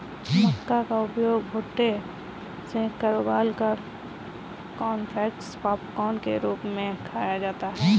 मक्का का उपयोग भुट्टे सेंककर उबालकर कॉर्नफलेक्स पॉपकार्न के रूप में खाया जाता है